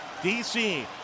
DC